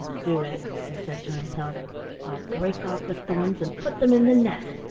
do it, he said to himself i'll break off the thorns and put them in the nest,